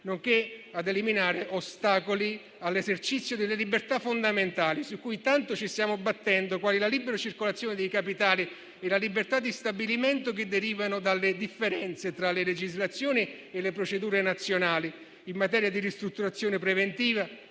nonché a eliminare ostacoli all'esercizio delle libertà fondamentali, su cui tanto ci stiamo battendo, quali la libera circolazione dei capitali e la libertà di stabilimento, che derivano dalle differenze tra le legislazioni e le procedure nazionali in materia di ristrutturazione preventiva,